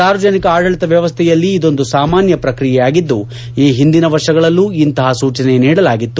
ಸಾರ್ವಜನಿಕ ಆಡಳಿತ ವ್ಯವಸ್ಥೆಯಲ್ಲಿ ಇದೊಂದು ಸಾಮಾನ್ಯ ಪ್ರಕ್ರಿಯೆಯಾಗಿದ್ದು ಈ ಹಿಂದಿನ ವರ್ಷಗಳಲ್ಲೂ ಇಂತಹ ಸೂಚನೆ ನೀಡಲಾಗಿತ್ತು